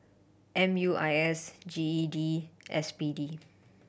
M U I S G E D S B D